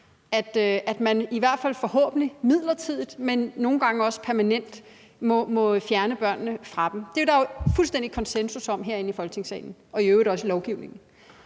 at man i hvert fald, forhåbentlig midlertidigt, men nogle gange også permanent, må fjerne børnene fra dem. Det er der jo fuldstændig konsensus om herinde i Folketingssalen og i øvrigt også i lovgivningen.